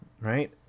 Right